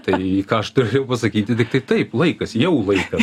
tai ką aš turėjau pasakyti tiktai taip laikas jau laikas